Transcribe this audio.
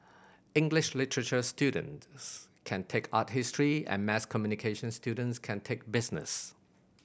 English literature students can take art history and mass communication students can take business